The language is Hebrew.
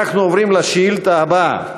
אנחנו עוברים לשאילתה הבאה,